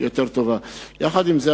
יחד עם זה,